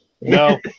No